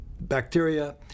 bacteria